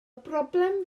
broblem